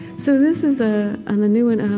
so this is ah on the new one. and